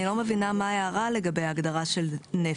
אני לא מבינה מה ההערה לגבי ההגדרה של נפט?